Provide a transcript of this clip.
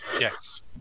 Yes